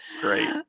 great